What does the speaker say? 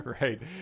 Right